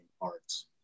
parts